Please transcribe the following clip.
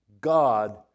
God